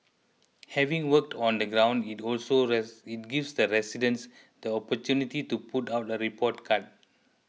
having worked on the ground it also that it gives that residents the opportunity to put out a report card